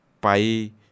pai